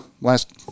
last